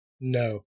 no